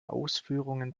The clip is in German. ausführungen